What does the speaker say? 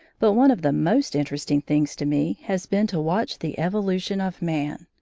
but one of the most interesting things to me has been to watch the evolution of man,